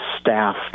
staff